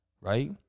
right